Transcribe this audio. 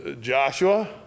Joshua